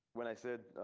when i said